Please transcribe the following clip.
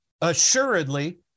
assuredly